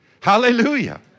Hallelujah